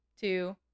two